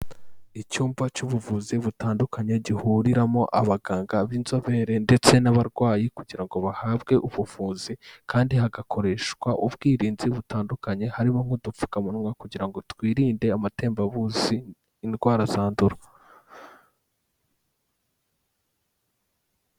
Icyumba cy'ubuvuzi butandukanye gihuriramo abaganga b'inzobere ndetse n'abarwayi, kugira ngo bahabwe ubuvuzi kandi hagakoreshwa ubwirinzi butandukanye harimo nk'udupfukamunwa, kugira ngo twirinde amatembabuzi indwara zandura.